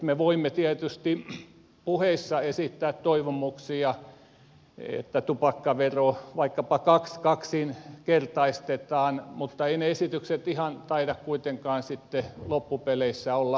me voimme tietysti puheissa esittää toivomuksia että tupakkavero vaikkapa kaksinkertaistetaan mutta eivät ne esitykset taida kuitenkaan sitten loppupeleissä olla ihan tästä päivästä